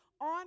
on